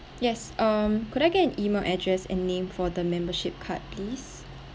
yes um could I get an email address and name for the membership card please